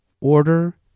order